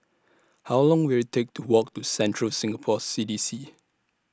How Long Will IT Take to Walk to Central Singapore C D C